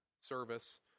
service